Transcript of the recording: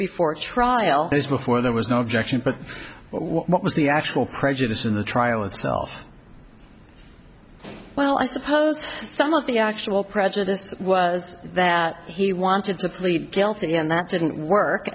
before trial this before there was no objection but what was the actual prejudice in the trial itself well i suppose some of the actual prejudice was that he wanted to plead guilty and that didn't work